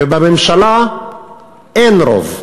ובממשלה אין רוב.